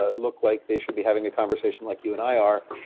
ah look like they should be having a conversation like you and i are,